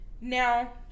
Now